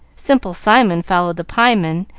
simple simon followed the pie-man,